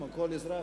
כמו כל אזרח,